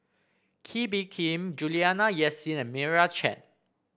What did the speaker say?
Kee Bee Khim Juliana Yasin and Meira Chand